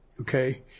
Okay